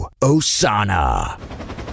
Osana